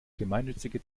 gemeinnützige